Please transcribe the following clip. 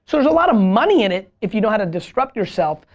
there's a lot of money in it if you know how to disrupt yourself.